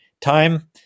time